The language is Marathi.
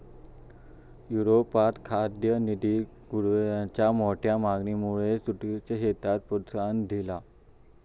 युरोपात खाद्य निर्यातीत गोणीयेंच्या मोठ्या मागणीमुळे जूटच्या शेतीक प्रोत्साहन दिला